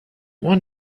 want